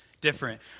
different